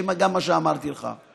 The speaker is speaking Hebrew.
מה שאמרתי לך: